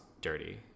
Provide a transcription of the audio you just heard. dirty